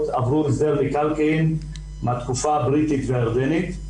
עברו הסדר מקרקעין מהתקופה הבריטית והירדנית.